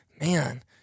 man